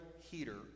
Heater